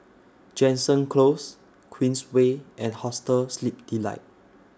Jansen Close Queensway and Hostel Sleep Delight